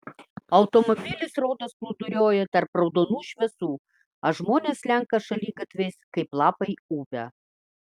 automobilis rodos plūduriuoja tarp raudonų šviesų o žmonės slenka šaligatviais kaip lapai upe